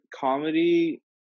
comedy